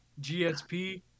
GSP